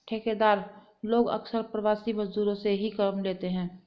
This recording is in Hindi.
ठेकेदार लोग अक्सर प्रवासी मजदूरों से ही काम लेते हैं